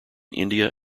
india